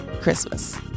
Christmas